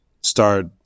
start